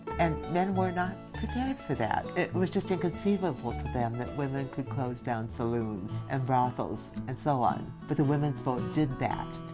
and men were not prepared for that. it was just inconceivable to them that women could close down saloons, and brothels, and so on. but the women's vote did that.